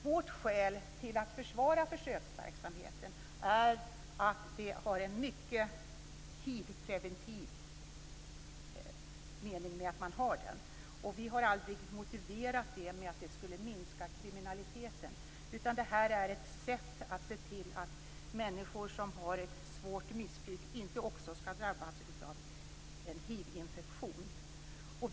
Vårt skäl till att försvara försöksverksamheten är att det finns en mycket hiv-preventiv mening med att man har den. Vi har aldrig motiverat detta med att det skulle minska kriminaliteten. Det här är ett sätt att se till att människor som har ett svårt missbruk inte också skall drabbas av en hiv-infektion.